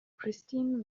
christine